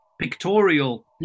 pictorial